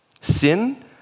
Sin